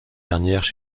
dernières